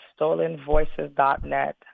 StolenVoices.net